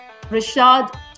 Rashad